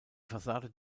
fassaden